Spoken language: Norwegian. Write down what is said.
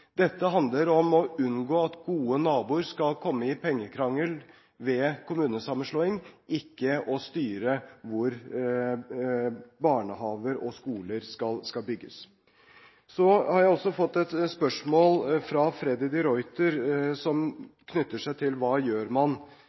Dette handler om å unngå at gode naboer skal komme i pengekrangel ved kommunesammenslåing, ikke å styre hvor barnehager og skoler skal bygges. Jeg har også fått et spørsmål fra Freddy de Ruiter som knytter seg til hva man gjør